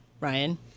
Ryan